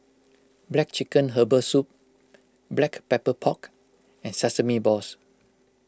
Black Chicken Herbal Soup Black Pepper Pork and Sesame Balls